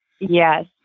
Yes